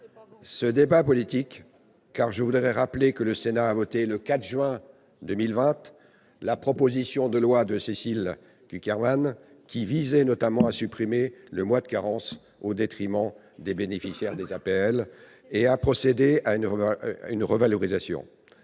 ce débat politique. Je vous rappelle que le Sénat a voté, le 4 juin 2020, la proposition de loi de Cécile Cukierman, qui visait notamment à supprimer le mois de carence au détriment des bénéficiaires des APL et à procéder à une revalorisation.